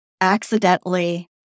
accidentally